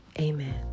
Amen